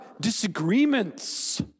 disagreements